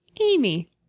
amy